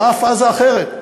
באה פאזה אחרת,